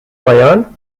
آقایان